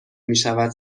میشود